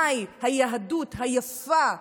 מהי היהדות היפה,